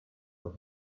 for